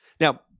Now